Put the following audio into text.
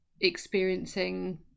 experiencing